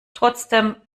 trotzdem